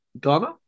Ghana